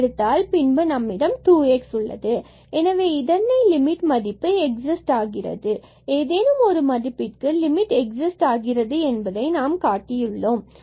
பின்பு இது பூஜ்ஜியத்தை நோக்கி செல்கிறது இங்கு நம்மிடம் 2x உள்ளது எனவே இதனை லிமிட் மதிப்பு எக்ஸிஸ்ட் ஆகிறது ஏதேனும் ஒரு மதிப்பிற்கு லிமிட் மதிப்பு எக்ஸிஸ்ட் ஆகிறது என்பதை நாம் காட்டியுள்ளோம்